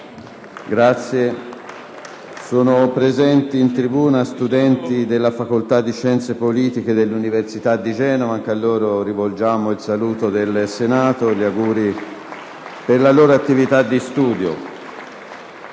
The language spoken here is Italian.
tribuna una delegazione di studenti della Facoltà di Scienze politiche dell'Università di Genova. A loro rivolgiamo il saluto del Senato e gli auguri per la loro attività di studio.